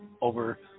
over